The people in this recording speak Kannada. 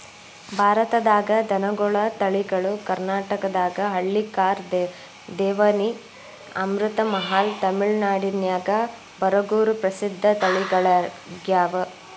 ಭಾರತದಾಗ ದನಗೋಳ ತಳಿಗಳು ಕರ್ನಾಟಕದಾಗ ಹಳ್ಳಿಕಾರ್, ದೇವನಿ, ಅಮೃತಮಹಲ್, ತಮಿಳನಾಡಿನ್ಯಾಗ ಬರಗೂರು ಪ್ರಸಿದ್ಧ ತಳಿಗಳಗ್ಯಾವ